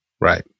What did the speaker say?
right